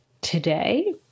today